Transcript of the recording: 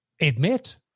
admit